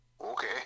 Okay